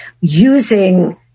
using